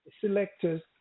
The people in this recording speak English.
selectors